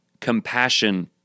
compassion